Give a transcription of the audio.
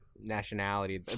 Nationality